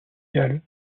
galle